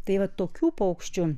tai va tokių paukščių